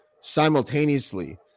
simultaneously